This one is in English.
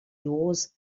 yours